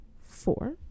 four